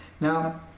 Now